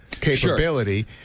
capability